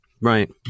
Right